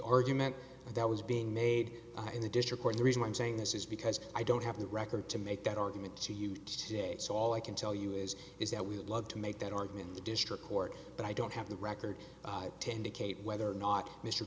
argument that was being made in the district court the reason i'm saying this is because i don't have the record to make that argument to you today so all i can tell you is is that we would love to make that argument in the district court but i don't have the record to indicate whether or not mr